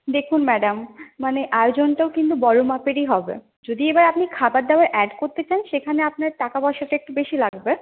দেখুন ম্যাডাম মানে আয়োজনটাও কিন্তু বড় মাপেরই হবে যদি এ বার আপনি খাবার দাবার অ্যাড করতে চান সেখানে আপনার টাকা পয়সাটা একটু বেশি লাগবে